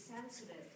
sensitive